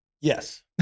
Yes